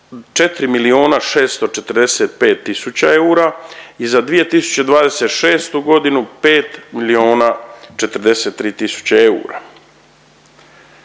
4 645 000 eura i za 2026. g. 5 043 000 eura.